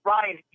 Ryan